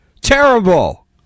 Terrible